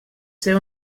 ser